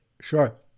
Sure